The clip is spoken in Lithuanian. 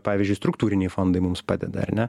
pavyzdžiui struktūriniai fondai mums padeda ar ne